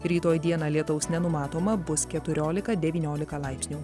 rytoj dieną lietaus nenumatoma bus keturiolika devyniolika laipsnių